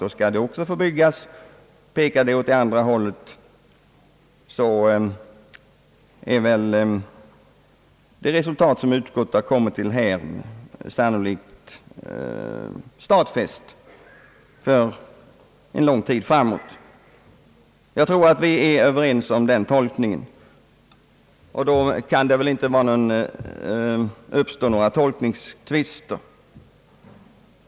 Pekar materialet, som nu är fallet, inte åt det hållet, är det resultat som utskottet har kommit fram till här säkerligen stadfäst för en lång tid framöver. Jag trodde att vi var överens om den tolkningen, och då borde det således inte uppstått några tolkningstvister.